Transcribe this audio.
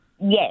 Yes